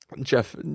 Jeff